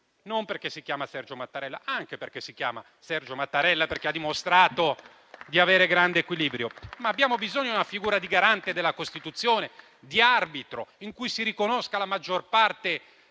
solo perché si chiama Sergio Mattarella (anche perché si chiama Sergio Mattarella, che ha dimostrato di avere grande equilibrio). Abbiamo bisogno di una figura di garante della Costituzione e di arbitro, in cui si riconosca la maggior parte